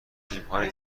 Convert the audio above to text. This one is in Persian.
تیمهای